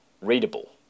readable